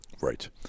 Right